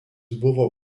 buvo